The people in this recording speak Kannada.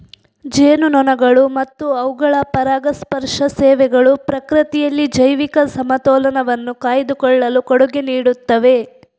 ಜೇನುನೊಣಗಳು ಮತ್ತು ಅವುಗಳ ಪರಾಗಸ್ಪರ್ಶ ಸೇವೆಗಳು ಪ್ರಕೃತಿಯಲ್ಲಿ ಜೈವಿಕ ಸಮತೋಲನವನ್ನು ಕಾಯ್ದುಕೊಳ್ಳಲು ಕೊಡುಗೆ ನೀಡುತ್ತವೆ